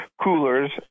Coolers